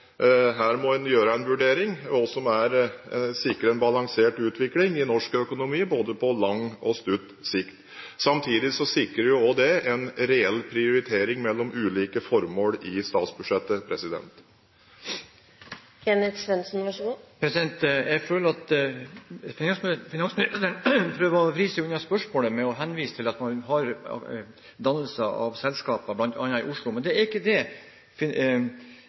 Her må en gjøre en vurdering av hva som sikrer en balansert utvikling i norsk økonomi, både på lang og kort sikt. Samtidig sikrer det også en reell prioritering mellom ulike formål i statsbudsjettet. Jeg føler at finansministeren prøver å vri seg unna spørsmålet ved å henvise til at man har dannelser av selskaper, bl.a. i Oslo. Men det er ikke det